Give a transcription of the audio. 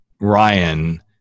Ryan